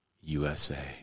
USA